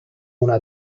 una